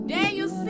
Daniel